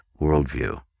Worldview